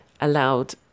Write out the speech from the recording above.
allowed